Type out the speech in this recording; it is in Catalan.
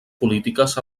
polítiques